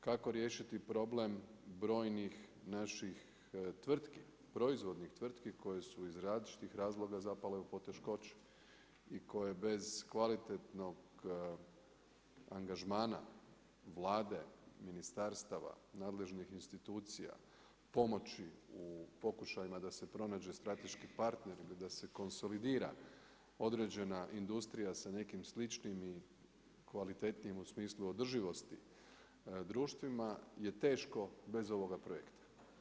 Kako riješiti problem brojnih naših tvrtki, proizvodnih tvrtki koje su iz različitih razloga zapale u poteškoće i koje bez kvalitetnog angažmana Vlade, ministarstva, nadležnih institucija, pomoći u pokušajima da se pronađe strateški partneri ili da se konsolidira određena industrija sa nekim sličnijim i kvalitetnijim, u smislu održivosti, društvima je teško bez ovoga projekta.